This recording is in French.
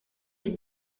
est